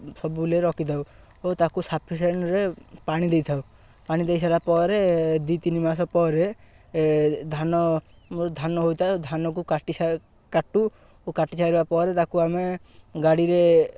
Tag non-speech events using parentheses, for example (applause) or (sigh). ସବୁବେଳେ ରଖିଥାଉ ଓ ତାକୁ ସାଫିସେଣ୍ଟରେ ପାଣି ଦେଇଥାଉ ପାଣି ଦେଇ ସାରିଲା ପରେ ଦୁଇ ତିନି ମାସ ପରେ ଧାନ ଧାନ ହୋଇଥାଏ ଆଉ ଧାନକୁ କାଟି (unintelligible) କାଟୁ ଓ କାଟି ସାରିବା ପରେ ତାକୁ ଆମେ ଗାଡ଼ିରେ